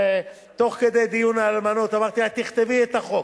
שתוך כדי דיון על אלמנות אמרתי לה: תכתבי את החוק,